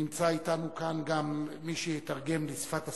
נמצא אתנו כאן מי שיתרגם לשפת הסימנים.